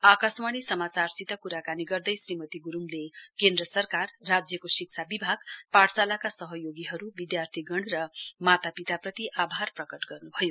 आकाशवाणी समाचारसित क्राकानी गर्दै श्रीमती ग्रुडले केन्द्र सरकार राज्यको शिक्षा विभाग पाठशालाका सहयोगीहरू विद्यार्थीगण र मातापिताप्रति आभार प्रकट गर्नुभयो